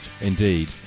Indeed